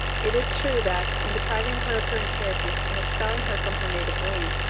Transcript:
it is true that, in depriving her of her inheritance and expelling her from her native land,